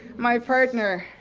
my partner,